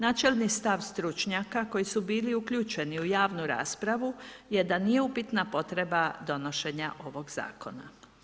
Načelnik stav stručnjaka, koji su bili uključeni u javnu raspravu, jer da nije upitna potreba donošenja ovog zakona.